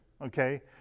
okay